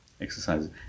exercises